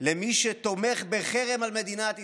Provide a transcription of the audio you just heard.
למי שתומך בחרם על מדינת ישראל".